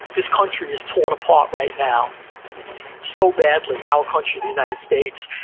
this country is torn apart right now so badly, our country, the united states.